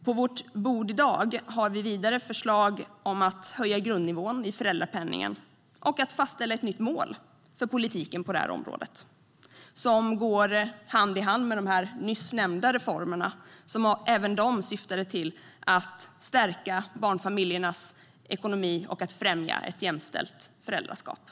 På bordet i dag har vi vidare förslag om att höja grundnivån i föräldrapenningen och att fastställa ett nytt mål för politiken på detta område som går hand i hand med de nyss nämnda reformer, som även de syftar till att stärka barnfamiljernas ekonomi och att främja ett jämställt föräldraskap.